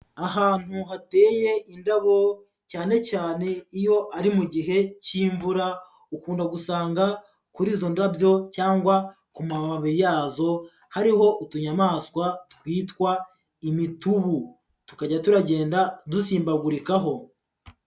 Ahantu hateye indabo cyane cyane iyo ari mu gihe k'imvura ukunda gusanga kuri izo ndabyo cyangwa ku mababi yazo hariho utunyamaswa twitwa imitubu, tukajya turagenda dusimbagurikaho.